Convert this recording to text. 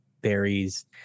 berries